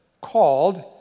called